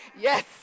Yes